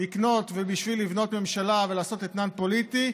לקנות ובשביל לבנות ממשלה ולעשות אתנן פוליטי,